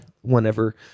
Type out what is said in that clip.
whenever